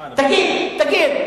תגיד,